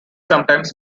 sometimes